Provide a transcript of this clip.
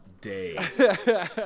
day